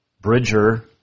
Bridger